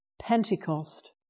Pentecost